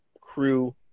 crew